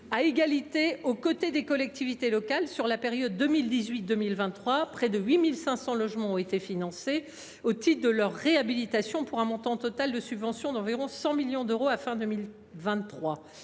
à égalité avec les collectivités locales sur la période 2018 2023. Près de 8 500 logements ont été financés au titre de leur réhabilitation, pour un montant total de subventions d’environ 100 millions d’euros à la fin